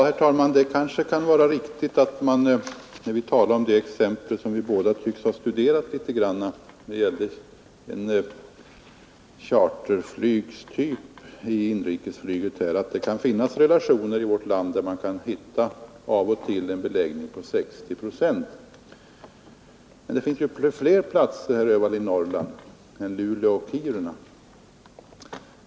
Herr talman! När vi talar om det exempel som vi båda tycks ha studerat något — det gällde alltså en charterflygstyp i inrikesflyget — kanske man av och till och i fråga om vissa sträckningar kan få en beläggning på 60 procent. Men det finns fler platser i Norrland än Luleå och Kiruna, herr Öhvall.